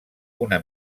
una